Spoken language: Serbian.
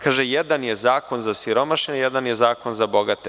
Kaže – jedan je zakon za siromašne, a jedan je zakon za bogate.